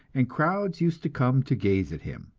and crowds used to come to gaze at him.